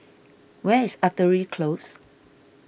where is Artillery Close